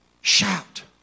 shout